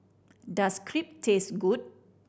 does Crepe taste good